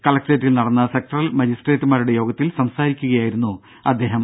കലക്ടറേറ്റിൽ നടന്ന സെക്ടറൽ മജിസ്ട്രേറ്റുമാരുടെ യോഗത്തിൽ സംസാരിക്കുകയായിരുന്നു അദ്ദേഹം